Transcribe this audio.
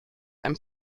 einem